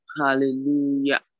Hallelujah